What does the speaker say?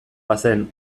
bazen